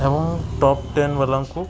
ଏବଂ top ten ବାଲାଙ୍କୁ